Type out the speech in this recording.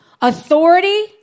authority